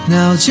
Now